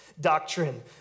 doctrine